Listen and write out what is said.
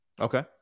Okay